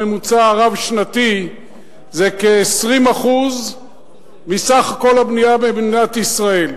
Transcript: בממוצע הרב-שנתי זה כ-20% מסך כל הבנייה במדינת ישראל.